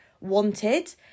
wanted